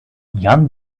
young